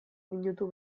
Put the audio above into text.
minutu